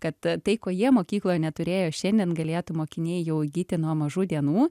kad tai ko jie mokykloje neturėjo šiandien galėtų mokiniai jau įgyti nuo mažų dienų